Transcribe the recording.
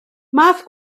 math